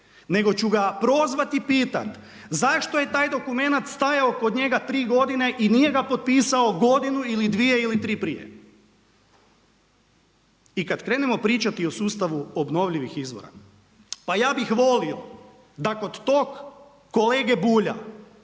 nego ću ga prozvat i pitat zašto je taj dokumenat stajao kod njega tri godine i nije ga potpisao godinu ili dvije ili tri prije. I kad krenemo pričati o sustavu obnovljivih izvora, pa ja bih volio da kod tog kolege Bulja